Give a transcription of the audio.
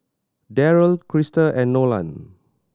Darryl Krista and Nolan